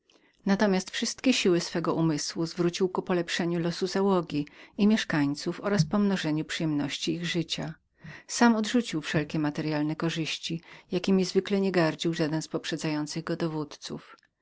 natomiast wszystkie siły swego umysłu zwrócił ku polepszeniu losu załogi i mieszkańców i pomnożeniu przyjemności ich życia sam odrzucił wszelkie materyalne korzyści jakiemi zwykle nie gardził żaden z poprzedzających go dowódców